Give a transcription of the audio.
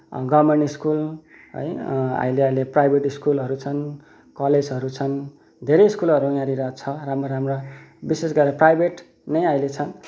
government school है अहिले अहिले प्राइभेट स्कुलहरू छन् कलेजहरू छन् धेरै स्कुलहरू यहाँनिर छ राम्रा राम्रा विशेष गरेर प्राइभेट नै अहिले छन्